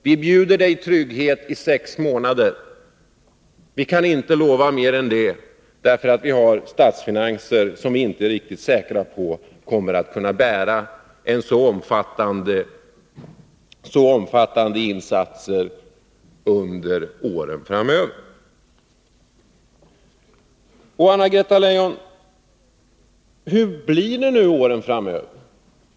Vi bjuder dig trygghet isex månader. Vi kan inte lova mer än det, för vi är inte riktigt säkra på att våra statsfinanser kommer att kunna bära så omfattande insatser under åren framöver. Anna-Greta Leijon, hur blir det under åren framöver?